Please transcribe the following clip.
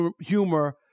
humor